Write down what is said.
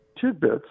tidbits